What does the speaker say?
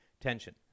tension